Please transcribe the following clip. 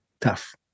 tough